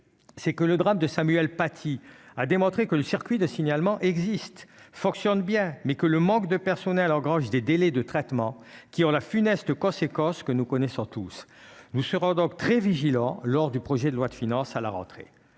c'est que le drame de Samuel Paty a démontré que le circuit de signalements existe fonctionne bien mais que le manque de personnel, engrange des délais de traitement qui ont la funeste conséquences que nous connaissons tous, nous serons donc très vigilants lors du projet de loi de finances, à la rentrée